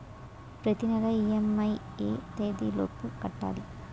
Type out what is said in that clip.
ప్రతినెల ఇ.ఎం.ఐ ఎ తేదీ లోపు కట్టాలి?